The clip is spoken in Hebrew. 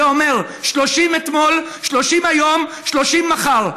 זה אומר 30 אתמול, 30 היום, 30 מחר.